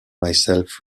myself